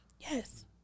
Yes